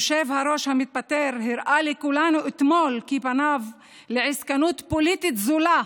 היושב-ראש המתפטר הראה לכולנו אתמול כי פניו לעסקנות פוליטית זולה,